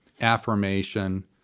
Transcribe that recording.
affirmation